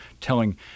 telling